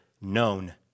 known